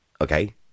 Okay